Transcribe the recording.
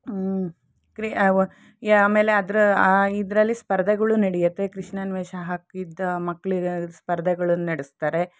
ಕ್ರಿ ಯಾ ಆಮೇಲೆ ಅದರ ಇದರಲ್ಲಿ ಸ್ಪರ್ಧೆಗಳು ನಡೆಯತ್ವೆ ಕೃಷ್ಣನ ವೇಷ ಹಾಕಿದ ಮಕ್ಕಳಿಗೆ ಸ್ಪರ್ಧೆಗಳನ್ನು ನಡೆಸ್ತಾರೆ